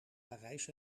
parijs